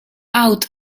out